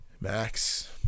max